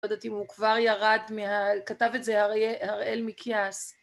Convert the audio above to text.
לא יודעת אם הוא כבר ירד, כתב את זה הראל מקיאס